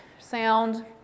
sound